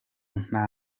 nta